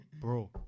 bro